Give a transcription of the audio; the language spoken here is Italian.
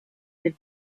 del